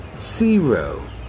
Zero